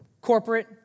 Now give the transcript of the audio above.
corporate